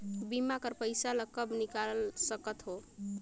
बीमा कर पइसा ला कब निकाल सकत हो?